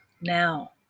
now